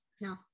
no